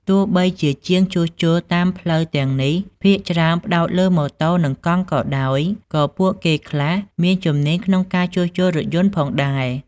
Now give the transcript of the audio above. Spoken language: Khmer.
ទោះបីជាជាងជួសជុលតាមផ្លូវទាំងនេះភាគច្រើនផ្តោតលើម៉ូតូនិងកង់ក៏ដោយ ក៏ពួកគេខ្លះមានជំនាញក្នុងការជួសជុលរថយន្តផងដែរ។